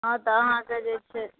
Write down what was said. हॅं तऽ अहाॅंके जे छै